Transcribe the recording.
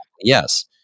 yes